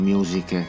Music